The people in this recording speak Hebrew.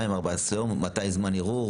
ואז יש זמן ערעור,